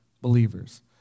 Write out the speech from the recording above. believers